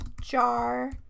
jar